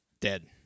dead